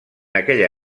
aquella